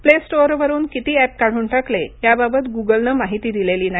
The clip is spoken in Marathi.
प्ले स्टोअरवरून किती एप काढून टाकले याबाबत गुगलनं माहिती दिलेली नाही